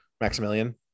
Maximilian